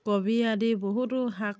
কবি আদি বহুতো শাক